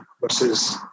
versus